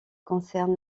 concerne